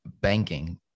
banking